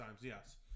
yes